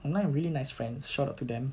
!aww! really nice friends shout out to them